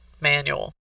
manual